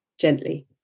gently